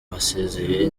basezeye